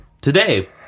Today